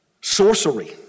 Sorcery